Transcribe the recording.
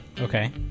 Okay